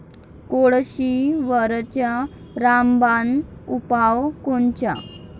कोळशीवरचा रामबान उपाव कोनचा?